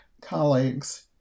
colleagues